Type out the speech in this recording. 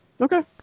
Okay